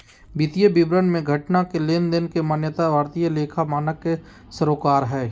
वित्तीय विवरण मे घटना के लेनदेन के मान्यता भारतीय लेखा मानक के सरोकार हय